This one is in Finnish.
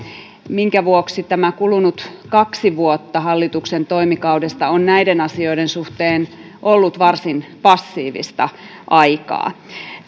minkä vuoksi tämä kulunut kaksi vuotta hallituksen toimikaudesta on näiden asioiden suhteen ollut varsin passiivista aikaa olen